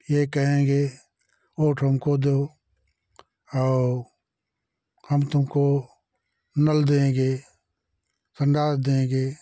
ये कहेंगे वोट हमको दो और हम तुमको नल देंगे संडास देंगे